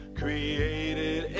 created